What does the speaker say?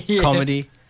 comedy